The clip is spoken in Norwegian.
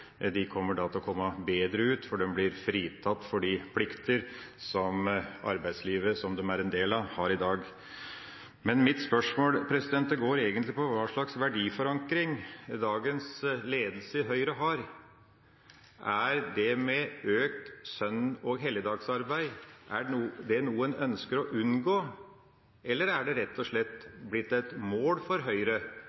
helligdager, kommer til å komme bedre ut fordi de blir fritatt for de plikter som arbeidslivet som de er en del av, har i dag. Men mitt spørsmål går egentlig på hva slags verdiforankring dagens ledelse i Høyre har. Er det med økt søn- og helligdagsarbeid noe en ønsker å unngå, eller er det rett og slett blitt et mål for Høyre